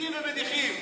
מסיתים ומדיחים.